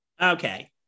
okay